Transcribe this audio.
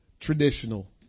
traditional